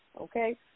okay